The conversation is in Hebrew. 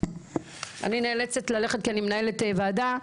אני נאלצת ללכת כי אני מנהלת ועדה.